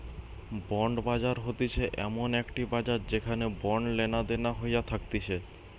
bond বাজার হতিছে এমন একটি বাজার যেখানে বন্ড লেনাদেনা হইয়া থাকতিছে